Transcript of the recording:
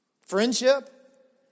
Friendship